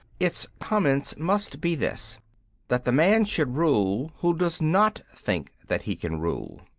its comment must be this that the man should rule who does not think that he can rule.